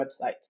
website